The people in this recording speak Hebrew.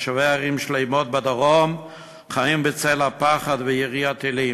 תושבי ערים שלמות בדרום חיים בצל הפחד וירי הטילים.